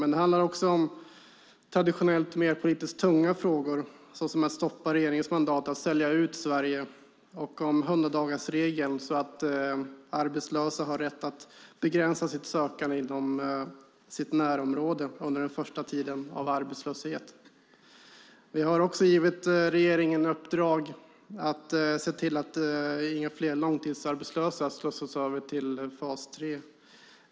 Det handlar också om traditionellt mer politiskt tunga frågor som att stoppa regeringens mandat att sälja ut Sverige, om hundradagarsregeln som gör att arbetslösa har rätt att begränsa sitt sökande till sitt närområde under den första tiden av arbetslöshet. Vi har givit regeringen i uppdrag att se till att inga fler långtidsarbetslösa slussas över till fas 3.